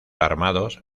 armados